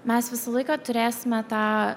mes visą laiką turėsime tą